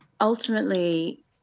ultimately